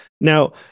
now